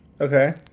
Okay